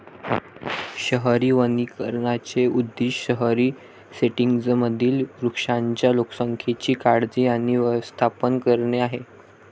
शहरी वनीकरणाचे उद्दीष्ट शहरी सेटिंग्जमधील वृक्षांच्या लोकसंख्येची काळजी आणि व्यवस्थापन करणे आहे